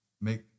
make